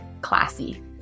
classy